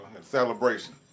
celebration